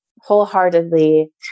wholeheartedly